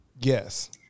yes